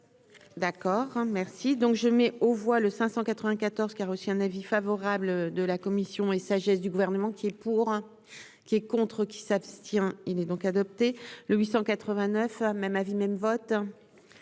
d'accord merci donc je mets aux voix le 594 qui a reçu un avis favorable de la commission et sagesse du gouvernement qui, pour qui est contre qui s'abstient, il est donc adopté le 800 89 a même avis même vote